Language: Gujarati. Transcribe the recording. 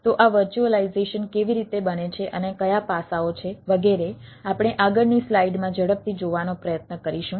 તો આ વર્ચ્યુઅલાઈઝેશન કેવી રીતે બને છે અને કયા પાસાઓ છે વગેરે આપણે આગળની સ્લાઈડમાં ઝડપથી જોવાનો પ્રયત્ન કરીશું